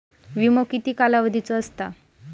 विमो किती कालावधीचो असता?